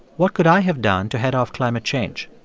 what could i have done to head off climate change?